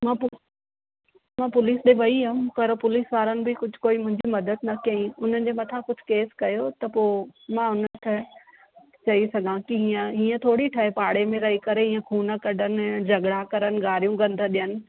मां पु मां पुलिस ॾे वेई हुअमि पर पुलिस वारनि बि कुझु कोई मुंहिंजी मददु न कयईं हुननि जे मथां कुझु केस कयो त पोइ मां हुन खे चई सघां की हीअं हीअं थोरी ठहे पाणे में रही करे हीअं ख़ून कढनि झॻड़ा करनि गारियूं गंद ॾियनि